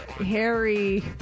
Harry